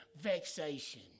vexation